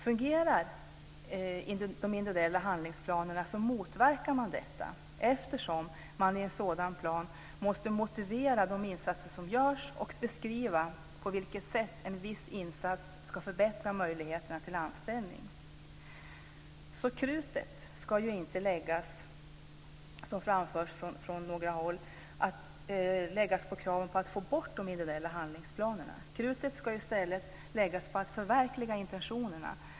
Fungerar de individuella handlingsplanerna motverkar man detta eftersom man i en sådan plan måste motivera de insatser som görs och beskriva på vilket sätt en viss insats ska förbättra möjligheterna till anställning. Krutet ska inte, som har framförts från några håll, läggas på kraven att få bort de individuella handlingsplanerna. Krutet ska i stället läggas på att förverkliga intentionerna.